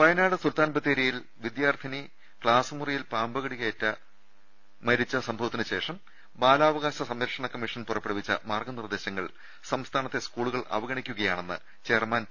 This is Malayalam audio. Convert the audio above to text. വയനാട് ബത്തേരിയിൽ വിദ്യാർഥിനി ക്ലാസ്മുറിയിൽ പാമ്പ്കടിയേറ്റ് മരിച്ച സംഭവത്തിന് ശേഷം ബാലാവകാശ സംരക്ഷണ കമ്മീഷൻ പുറപ്പെടുവിച്ച മാർഗനിർദേശങ്ങൾ സംസ്ഥാനത്തെ സ്കൂളുകൾ അവഗണിക്കുകയാണെന്ന് ചെയർമാൻ പി